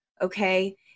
okay